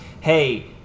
hey